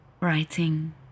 Writing